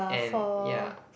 and yeah